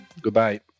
Goodbye